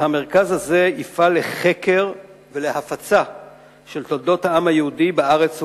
ושהמרכז הזה יפעל לחקר ולהפצה של תולדות העם היהודי בארץ ובעולם.